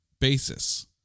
basis